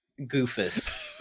goofus